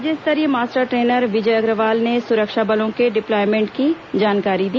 राज्य स्तरीय master trainer Vijay Agarwal ने सुरक्षा बलों के डिप्लायमेंट की जानकारी दी